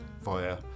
via